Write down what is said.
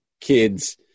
kids